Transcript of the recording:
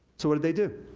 so, what did they do?